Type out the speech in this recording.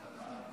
הלוי, בבקשה.